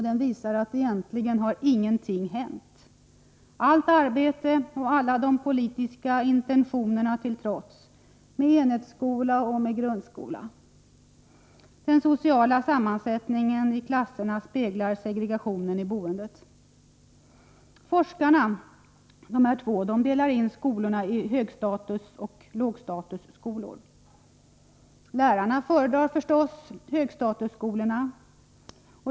Den visar att egentligen har ingenting hänt, allt arbete och alla politiska intentioner till trots när det gäller enhetsskola och grundskola. Den sociala sammansättningen i klasserna speglar segregationen i boendet. De två forskarna delar in skolorna i högstatusoch lågstatusskolor. Lärarna föredrar förstås högstatusskolorna.